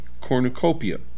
cornucopia